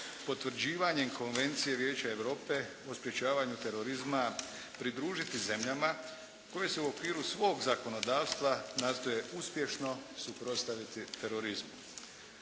potvrđivanjem Konvencije Vijeća Europe o sprječavanju terorizma pridružiti zemljama koje se u okviru svog zakonodavstva nastoje uspješno suprotstaviti terorizmu.